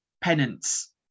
penance